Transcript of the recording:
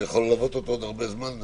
זה יכול ללוות אותו עוד הרבה זמן.